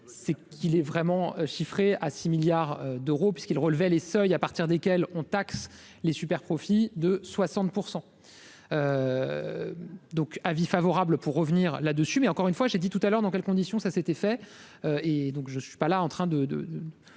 c'est qu'il est vraiment chiffré à 6 milliards d'euros puisqu'ils relevaient les seuils à partir desquels on taxe les profits de 60 % donc avis favorable pour revenir là-dessus, mais encore une fois, j'ai dit tout à l'heure, dans quelles conditions, ça c'était fait et donc je suis pas là en train de,